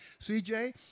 CJ